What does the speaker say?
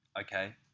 Okay